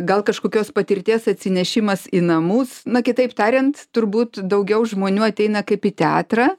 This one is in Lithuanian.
gal kažkokios patirties atsinešimas į namus na kitaip tariant turbūt daugiau žmonių ateina kaip į teatrą